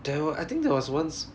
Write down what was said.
there were I think there was once